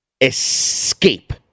escape